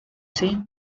same